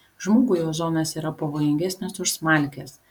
žmogui ozonas yra pavojingesnis už smalkes